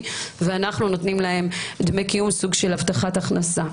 ואנחנו נותנים להם דמי קיום כסוג של הבטחת הכנסה.